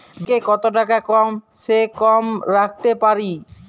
Bank এ কত টাকা কম সে কম রাখতে পারি?